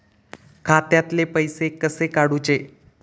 खात्यातले पैसे कसे काडूचे?